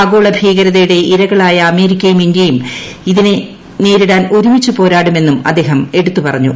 ആഗോള ഭീകരതയുടെ ഇരകളായ അമേരിക്കയും ഇന്ത്യയും അതിനെ നേരിടാൻ ഒരുമിച്ച് പോരാടുമെന്നും അദ്ദേഹം എടുത്തുപറഞ്ഞു